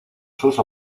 sus